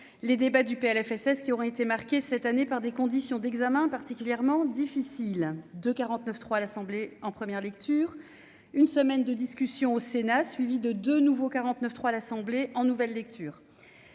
les débats du PLFSS qui aura été marquée cette année par des conditions d'examen particulièrement difficile de 49 3 à l'Assemblée en première lecture une semaine de discussions au Sénat, suivie de de nouveau 49 3 l'assemblée en nouvelle lecture,